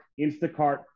Instacart